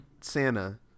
Santa